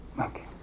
Okay